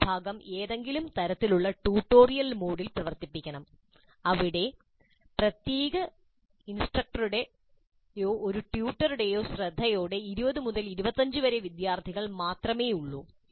ഈ ഭാഗം ഏതെങ്കിലും തരത്തിലുള്ള ട്യൂട്ടോറിയൽ മോഡിൽ പ്രവർത്തിപ്പിക്കണം അവിടെ ഒരു പ്രത്യേക ഇൻസ്ട്രക്ടറുടെയോ ഒരു ട്യൂട്ടറുടെയോ ശ്രദ്ധയോടെ 20 മുതൽ 25 വരെ വിദ്യാർത്ഥികൾ മാത്രമേ ഉള്ളൂ